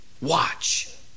Watch